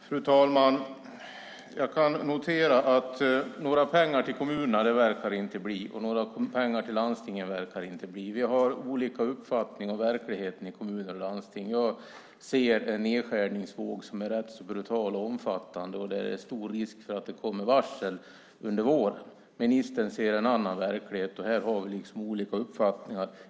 Fru talman! Jag kan konstatera att några pengar till kommunerna verkar det inte bli, och några pengar till landstingen verkar det inte bli. Vi har olika uppfattningar om verkligheten i kommuner och landsting. Jag ser en nedskärningsvåg som är rätt så brutal och omfattande, och det är stor risk för att det kommer varsel under våren. Ministern ser en annan verklighet, så här har vi olika uppfattningar.